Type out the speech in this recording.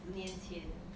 十年前